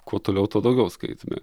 kuo toliau tuo daugiau skaitome